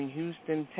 Houston